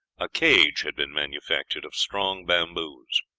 a cage had been manufactured of strong bamboos.